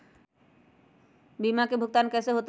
बीमा के भुगतान कैसे होतइ?